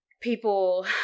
people